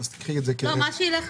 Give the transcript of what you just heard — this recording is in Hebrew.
את מציעה